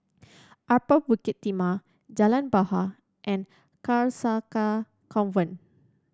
Upper Bukit Timah Jalan Bahar and Carcasa Convent